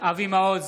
אבי מעוז,